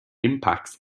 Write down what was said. impacts